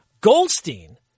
Goldstein